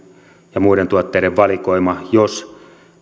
ja muiden tuotteiden valikoima jos